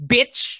Bitch